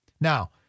Now